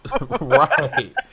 Right